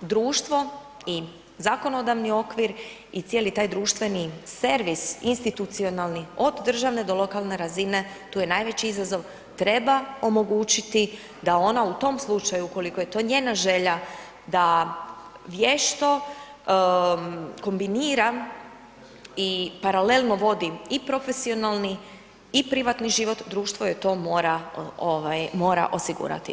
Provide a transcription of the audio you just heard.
društvo i zakonodavni okvir i cijeli taj društveni servis institucionalni od državne do lokalne razine, tu je najveći izazov, treba omogućiti da ona u tom slučaju, ukoliko je to njena želja da vješto kombinira i paralelno vodi i profesionalni i privatni život, društvo joj to mora osigurati.